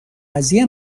قضیه